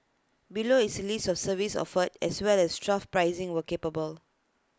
below is A list of services offered as well as trough pricing where capable